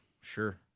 sure